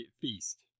feast